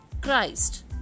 Christ